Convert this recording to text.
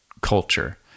culture